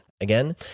Again